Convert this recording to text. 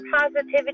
positivity